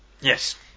yes